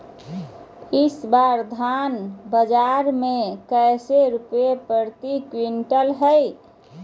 इस बार धान बाजार मे कैसे रुपए प्रति क्विंटल है?